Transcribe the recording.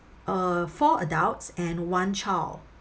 uh four adults and one child